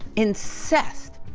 incensed,